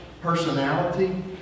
personality